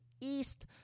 East